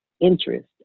interest